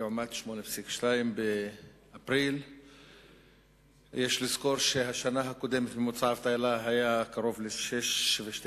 לעומת 8.2%. יש לזכור שבשנה הקודמת ממוצע האבטלה היה קרוב ל-6.5%,